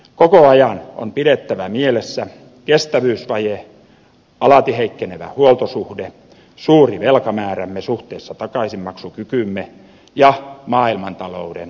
koko ajan on pidettävä mielessä kestävyysvaje alati heikkenevä huoltosuhde suuri velkamäärämme suhteessa takaisinmaksukykyymme ja maailmantalouden suuri epävarmuus